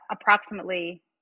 approximately